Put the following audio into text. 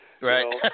Right